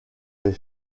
les